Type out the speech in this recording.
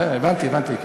בסדר, הבנתי, הבנתי.